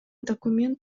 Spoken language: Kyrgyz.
документ